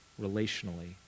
relationally